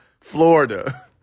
Florida